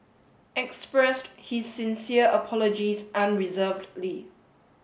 expressed his sincere apologies unreservedly